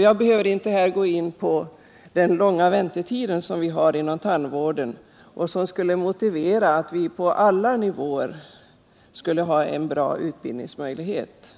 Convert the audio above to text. Jag behöver inte här gå in på den långa väntetiden inom tandvården, som i sig skulle motivera att det på alla nivåer fanns goda utbildningsmöjligheter.